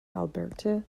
alberta